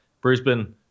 Brisbane